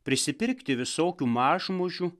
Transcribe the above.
prisipirkti visokių mažmožių